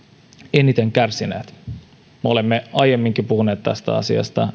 eniten kärsineet me olemme aiemminkin puhuneet tästä asiasta